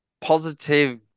positive